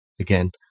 again